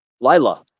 Lila